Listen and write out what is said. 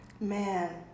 man